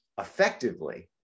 effectively